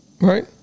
right